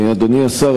אדוני השר,